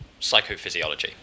psychophysiology